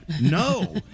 No